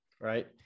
right